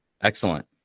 Excellent